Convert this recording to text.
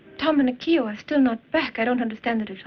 tom and akio are still not back. i don't understand it at all.